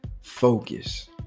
focus